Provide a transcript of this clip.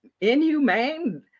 inhumane